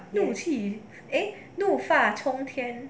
怒气 eh 怒发冲天